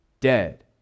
dead